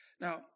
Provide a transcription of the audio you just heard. Now